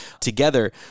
together